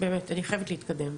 אני חייבת להתקדם.